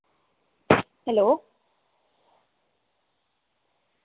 hello